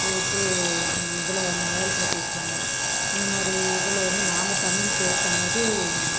ஒவ்வொருத்தர் இதில் மலையாளத்தில் பேசுவாங்க இந்த மாதிரி இதில் வந்து நாம் தமிழ் பேசம்போது